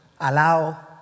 allow